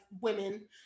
women